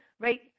right